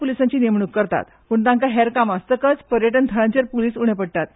पुलीसांची नेमणूक करतात पुण तांकां हेर काम आसतकच पर्यटन थळांचेर पुलीस उणे पडटात